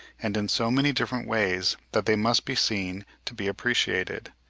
and in so many different ways that they must be seen to be appreciated.